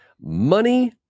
money